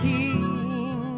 King